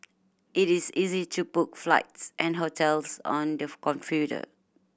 it is easy to book flights and hotels on the computer